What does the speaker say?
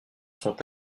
sont